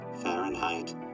Fahrenheit